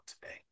today